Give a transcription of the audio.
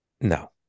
No